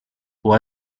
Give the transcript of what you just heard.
può